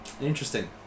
Interesting